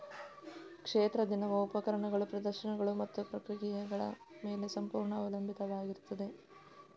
ಕ್ಷೇತ್ರ ದಿನವು ಉಪಕರಣಗಳು, ಪ್ರದರ್ಶನಗಳು ಮತ್ತು ಪ್ರಕ್ರಿಯೆಗಳ ಮೇಲೆ ಸಂಪೂರ್ಣ ಅವಲಂಬಿತವಾಗಿರುತ್ತದೆ